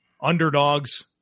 underdogs